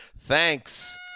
Thanks